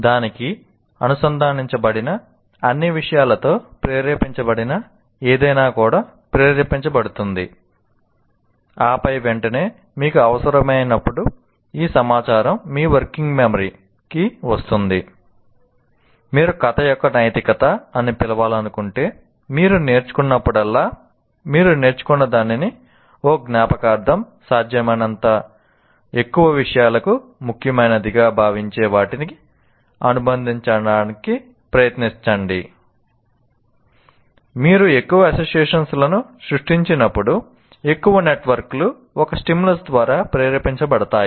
దానికి అనుసంధానించబడిన అన్ని విషయాలతో ప్రేరేపించబడిన ఏదైనా కూడా ప్రేరేపించబడుతుంది ఆపై వెంటనే మీకు అవసరమైనప్పుడు ఆ సమాచారం మీ వర్కింగ్ మెమరీ ద్వారా ప్రేరేపించబడతాయి